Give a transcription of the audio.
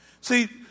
See